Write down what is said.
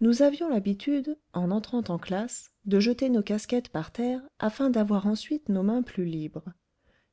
nous avions l'habitude en entrant en classe de jeter nos casquettes par terre afin d'avoir ensuite nos mains plus libres